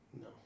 No